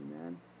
Amen